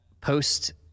post